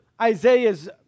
Isaiah's